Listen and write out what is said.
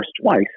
twice